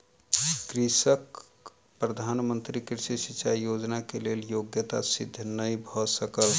कृषकक प्रधान मंत्री कृषि सिचाई योजना के लेल योग्यता सिद्ध नै भ सकल